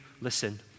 Listen